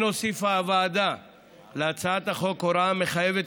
כן הוסיפה הוועדה להצעת החוק הוראה המחייבת